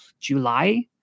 July